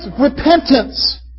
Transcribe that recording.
repentance